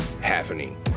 happening